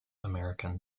american